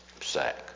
sack